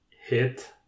hit